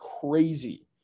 crazy